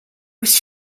was